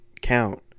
count